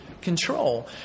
control